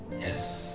Yes